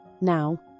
Now